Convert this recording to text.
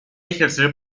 ejercer